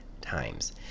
times